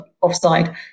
offside